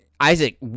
Isaac